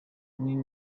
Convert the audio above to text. nin